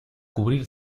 cubrir